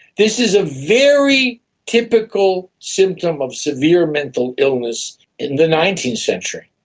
this is a very typical symptom of severe mental illness in the nineteenth century.